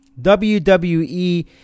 wwe